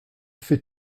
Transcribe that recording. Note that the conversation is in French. fais